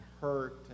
hurt